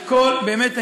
באמת,